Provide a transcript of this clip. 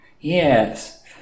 Yes